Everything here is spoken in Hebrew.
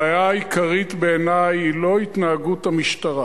הבעיה העיקרית בעיני היא לא התנהגות המשטרה.